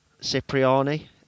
Cipriani